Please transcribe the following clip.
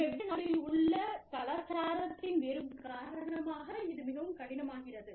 வெவ்வேறு நாடுகளில் உள்ள கலாச்சாரத்தின் வேறுபாடுகளின் காரணமாக இது மிகவும் கடினமாகிறது